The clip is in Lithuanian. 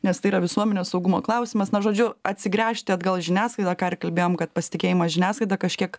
nes tai yra visuomenės saugumo klausimas na žodžiu atsigręžti atgal į žiniasklaidą ką ir kalbėjom kad pasitikėjimas žiniasklaida kažkiek